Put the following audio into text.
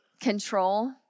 control